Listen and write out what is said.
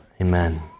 Amen